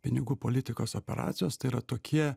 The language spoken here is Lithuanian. pinigų politikos operacijos tai yra tokie